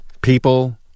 people